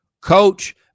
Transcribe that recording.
Coach